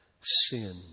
sin